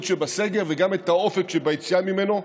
שבסגר וגם את האופק שביציאה ממנו,